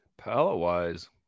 Palette-wise